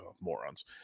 morons